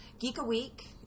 Geek-A-Week